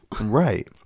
Right